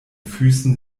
füßen